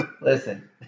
Listen